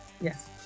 Yes